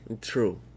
True